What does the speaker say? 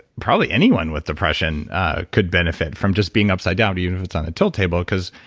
probably anyone with depression could benefit from just being upside down even if it's on a tilt table because,